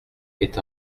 est